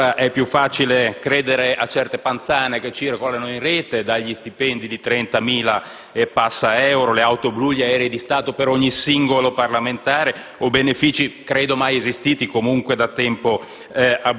Allora è più facile credere a certe panzane che circolano in rete, dagli stipendi di 30.000 euro e più, alle auto blu, agli aerei di Stato per ogni singolo parlamentare o benefici (credo mai esistiti, o da tempo aboliti)